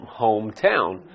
hometown